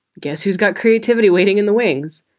guess who's got creativity waiting in the wings.